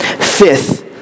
Fifth